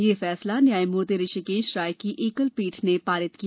यह फैसला न्यायामूर्ति ऋषिकेश राय की एकल पीठ ने पारित किया